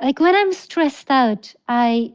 like, when i'm stressed out, i